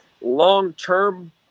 long-term